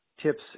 tips